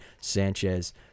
Sanchez